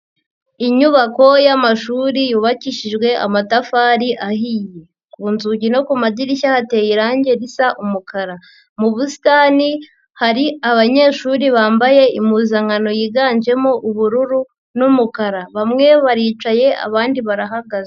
Inyubako y'amashuri yubakishijwe amatafari ahiye, ku nzugi no ku madirishya hateye irangi risa umukara, mu busitani hari abanyeshuri bambaye impuzankano yiganjemo ubururu n'umukara, bamwe baricaye abandi barahagaze.